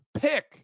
pick